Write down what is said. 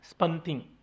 spunting